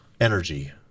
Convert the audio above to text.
energy